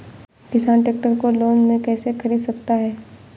किसान ट्रैक्टर को लोन में कैसे ख़रीद सकता है?